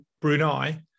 Brunei